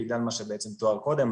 בגלל מה שבעצם תואר קודם,